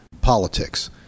politics